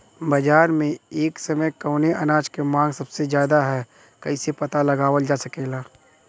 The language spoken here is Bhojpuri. बाजार में एक समय कवने अनाज क मांग सबसे ज्यादा ह कइसे पता लगावल जा सकेला?